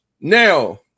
Now